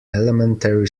elementary